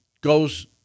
goes